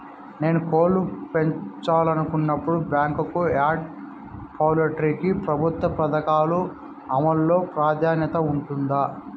నేను కోళ్ళు పెంచాలనుకున్నపుడు, బ్యాంకు యార్డ్ పౌల్ట్రీ కి ప్రభుత్వ పథకాల అమలు లో ప్రాధాన్యత ఉంటుందా?